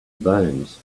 bones